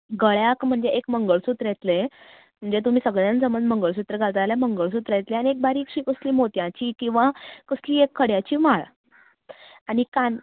गळ्याक एक मंगळसूत्र येतले म्हणजे तुमी सगळ्यांनी समज मंगळसूत्र घातले जाल्यार मंगळसूत्र येतले आनी एक बारीकशी कसली मोतयाची किंव्हा कसली एक खड्याची माळ आनी कान